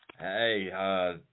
Hey